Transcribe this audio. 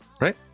right